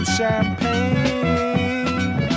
champagne